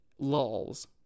lols